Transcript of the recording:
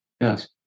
Yes